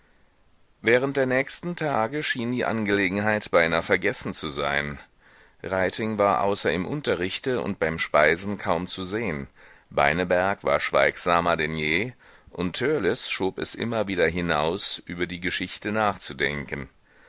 während der nächsten tage schien die angelegenheit beinahe vergessen zu sein reiting war außer im unterrichte und beim speisen kaum zu sehen beineberg war schweigsamer denn je und törleß schob es immer wieder hinaus über die geschichte nachzudenken